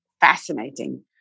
fascinating